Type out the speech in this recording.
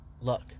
luck